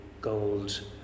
gold